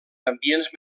ambients